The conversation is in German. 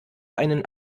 einen